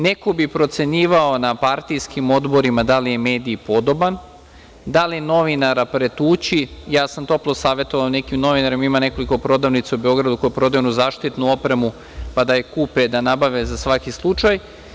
Neko bi procenjivao na partijskim odborima da li je medij podoban, da li novinara pretući, ja sam toplo savetovao nekim novinarima, ima nekoliko prodavnica u Beogradu koji prodaju onu zaštitnu opremu, pa da je kupe, da nabave za svaki slučaj.